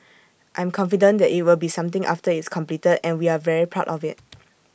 I'm confident that IT will be something after it's completed and we are very proud of IT